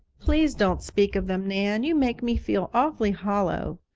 please don't speak of them, nan. you make me feel awfully hollow,